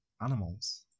animals